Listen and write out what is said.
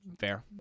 fair